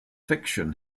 fiction